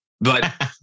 but-